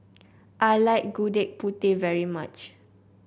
I like Gudeg Putih very much